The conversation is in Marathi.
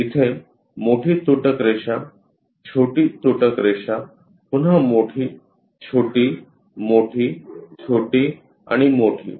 तर इथे मोठी तुटक रेषा छोटी तुटक रेषा पुन्हा मोठी छोटी मोठी छोटी आणि मोठी